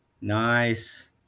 Nice